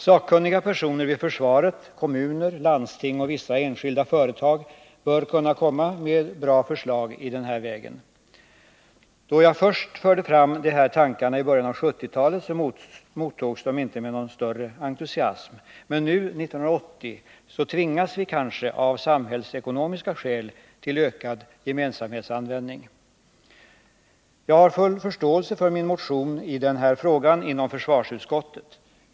Sakkunniga personer vid försvaret, kommuner, landsting och vissa enskilda företag bör kunna komma med bra förslag i den här vägen. Då jag i början av 1970-talet för första gången förde fram dessa tankar mottogs de inte med någon större entusiasm. Men nu 1980 tvingas vi kanske av samhällsekonomiska skäl till ökad gemensamhetsanvändning. Jag har fått full förståelse för behandlingen av min motion i den här frågan inom försvarsutskottet.